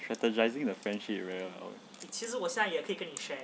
strategising the friendship well